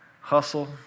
hustle